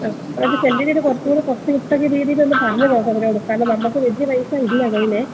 ആ സെന്റിന് ഒന്നു കുറച്ചുകൂടി കുറച്ച് കിട്ടത്തക്ക രീതിയിലൊന്ന് ഒന്ന് പറഞ്ഞു നോക്ക് അവരോട് കാരണം നമുക്ക് വലിയ പൈസ ഇല്ല കയ്യിൽ